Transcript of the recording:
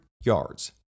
yards